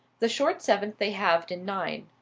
the short seventh they halved in nine.